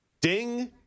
ding